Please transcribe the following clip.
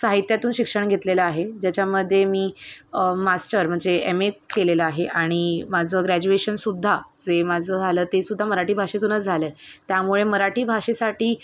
साहित्यातून शिक्षण घेतलेलं आहे ज्याच्यामध्ये मी मास्टर म्हणजे एम ए केलेलं आहे आणि माझं ग्रॅज्युएशनसुद्धा जे माझं झालं तेसुद्धा मराठी भाषेतूनच झालं आहे त्यामुळे मराठी भाषेसाठी